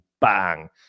bang